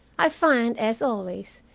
i find, as always,